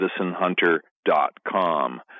medicinehunter.com